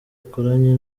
akoranye